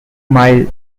mile